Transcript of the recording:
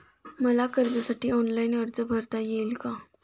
मला कर्जासाठी ऑनलाइन अर्ज भरता येईल का?